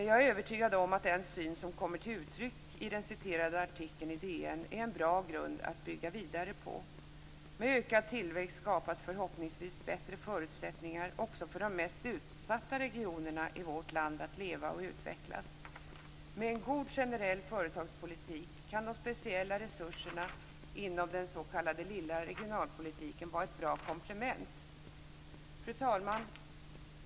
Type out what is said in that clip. Jag är övertygad om att den syn som kommer till uttryck i den citerade artikeln i DN är en bra grund att bygga vidare på. Med ökad tillväxt skapas förhoppningsvis också bättre förutsättningar för de mest utsatta regionerna i vårt land att leva och utvecklas. Med en god generell företagspolitik kan de speciella resurserna inom den s.k. lilla regionalpolitiken vara ett bra komplement. Fru talman!